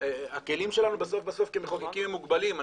הכלים שלנו בסוף בסוף כמחוקקים הם מוגבלים,